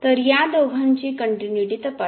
तर या दोघांची कनटिन्यूटी तपासू